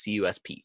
CUSP